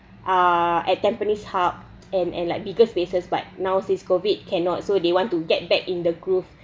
ah at tampines hub and and like bigger spaces but now since COVID cannot so they want to get back in the groove